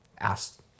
Asked